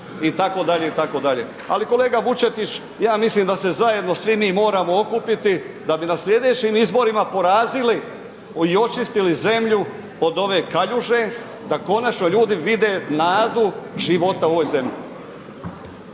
itd., itd. Ali kolega Vučetić ja mislim da se zajedno svi mi moramo okupiti da bi na slijedećim izborima porazili i očistili zemlju od ove kaljuže, da konačno ljudi vide nadu života u ovoj zemlji.